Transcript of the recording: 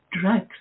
drugs